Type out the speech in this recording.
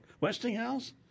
Westinghouse